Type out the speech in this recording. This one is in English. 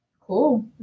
Cool